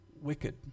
wicked